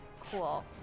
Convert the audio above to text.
Cool